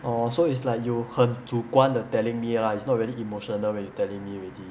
orh so it's like you 很主观的 telling me lah it's not really emotional when you telling me already